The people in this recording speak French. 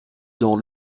dans